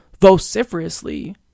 vociferously